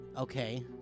Okay